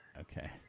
Okay